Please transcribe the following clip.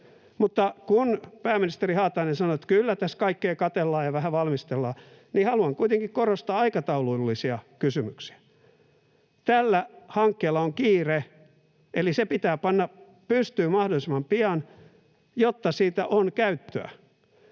Mutta kun ministeri Haatainen sanoi, että kyllä tässä kaikkee katellaan ja vähän valmistellaan, niin haluan kuitenkin korostaa aikataulullisia kysymyksiä. Tällä hankkeella on kiire, eli se pitää panna pystyyn mahdollisimman pian, jotta sillä on käyttöä.